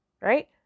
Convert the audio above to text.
right